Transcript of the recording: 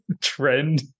trend